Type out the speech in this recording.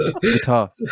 guitar